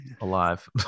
alive